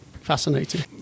fascinating